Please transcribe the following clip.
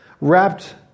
Wrapped